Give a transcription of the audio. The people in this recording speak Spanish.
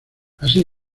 así